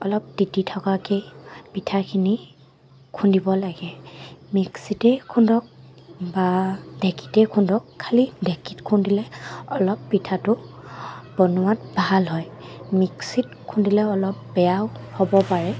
অলপ তিতি থকাকৈ পিঠাখিনি খুন্দিব লাগে মিক্সিতেই খুন্দক বা ঢেঁকীতে খুন্দক খালী ঢেঁকীত খুন্দিলে অলপ পিঠাটো বনোৱাত ভাল হয় মিক্সিত খুন্দিলে অলপ বেয়াও হ'ব পাৰে